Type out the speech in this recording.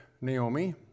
Naomi